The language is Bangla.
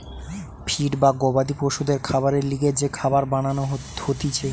ফিড বা গবাদি পশুদের খাবারের লিগে যে খাবার বানান হতিছে